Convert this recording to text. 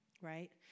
right